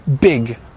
big